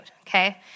Okay